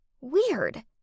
Weird